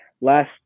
last